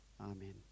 Amen